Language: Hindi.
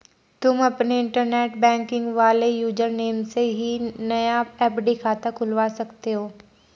तुम अपने इंटरनेट बैंकिंग वाले यूज़र नेम से ही नया एफ.डी खाता खुलवा सकते हो